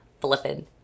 flippin